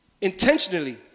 intentionally